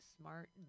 smart